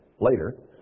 later